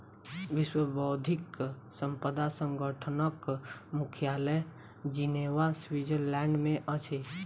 विश्व बौद्धिक संपदा संगठनक मुख्यालय जिनेवा, स्विट्ज़रलैंड में अछि